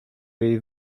jej